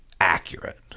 accurate